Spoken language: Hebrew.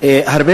היושב-ראש, תודה.